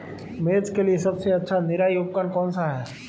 मिर्च के लिए सबसे अच्छा निराई उपकरण कौनसा है?